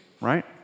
right